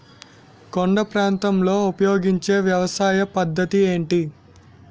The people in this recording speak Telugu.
కొండ ప్రాంతాల్లో ఉపయోగించే వ్యవసాయ పద్ధతి ఏంటి?